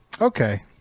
Okay